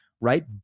Right